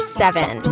seven